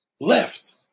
left